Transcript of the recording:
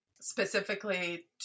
specifically